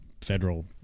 federal